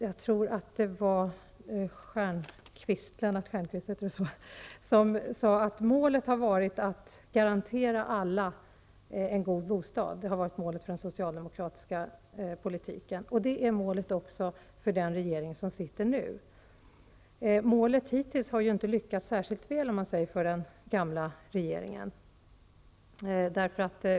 Jag tror att det var Lars Stjernkvist som sade att målet för den socialdemokratiska politiken har varit att garantera alla en god bostad. Det är målet också för den regering som sitter nu. Den gamla regeringen har inte lyckats särskilt väl med att nå det målet.